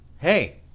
hey